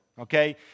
Okay